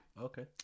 Okay